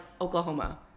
Oklahoma